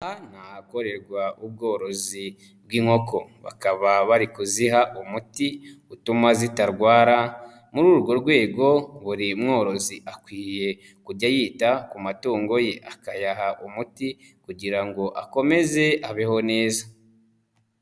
Aha ni ahakorerwa ubworozi bw'inkoko. Bakaba bari kuziha umuti utuma zitarwara, muri urwo rwego buri mworozi akwiye kujya yita ku matungo ye, akayaha umuti kugira ngo akomeze abeho neza.